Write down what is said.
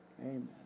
Amen